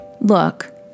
Look